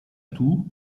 tout